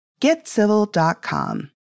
GetCivil.com